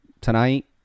tonight